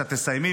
כשאת תסיימי,